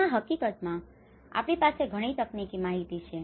તેથી હકીકતમાં આપણી પાસે ઘણી તકનીકી માહિતી છે